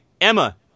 Emma